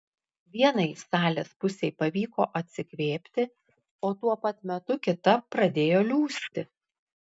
vienai salės pusei pavyko atsikvėpti o tuo pat metu kita pradėjo liūsti